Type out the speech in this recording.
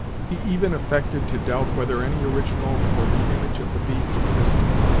he even affected to doubt whether any original for the image of the beast existed,